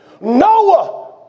Noah